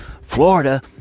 florida